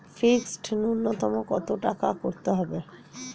Fixed নুন্যতম কত টাকা করতে হবে?